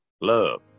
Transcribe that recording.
Love